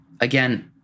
Again